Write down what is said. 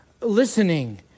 listening